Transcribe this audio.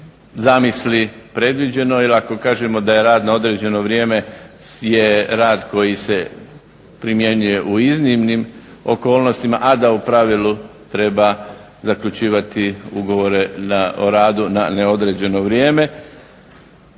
zamisli predviđeno jer ako kažemo da je rad na određeno vrijeme je rad koji se primjenjuje u iznimnim okolnostima, a da u pravilu treba zaključivati ugovore o radu na neodređeno vrijeme.